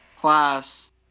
class